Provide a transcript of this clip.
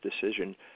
decision